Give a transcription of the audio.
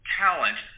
talent